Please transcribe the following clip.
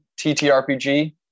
TTRPG